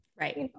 right